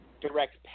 direct